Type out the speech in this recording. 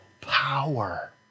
power